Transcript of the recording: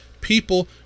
people